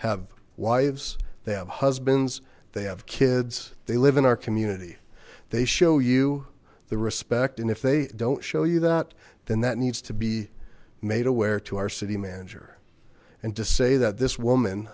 have wives they have husbands they have kids they live in our community they show you the respect and if they don't show you that then that needs to be made aware to our city manager and to say that this woman